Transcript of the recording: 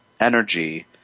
energy